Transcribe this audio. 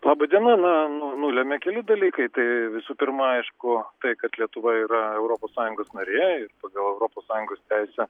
laba diena na nu nulemia keli dalykai tai visų pirma aišku tai kad lietuva yra europos sąjungos narė ir pagal europos sąjungos teisę